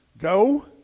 go